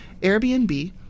Airbnb